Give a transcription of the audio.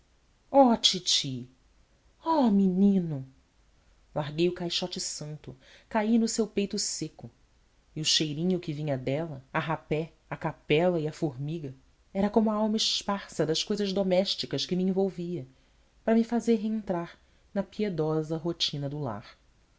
oh titi oh menino larguei o caixote santo caí no seu peito seco e o cheirinho que vinha dela a rapé a capela e a formiga era como a alma esparsa das ousas domésticas que me envolvia para me fazer reentrar na piedosa rotina do lar